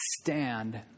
stand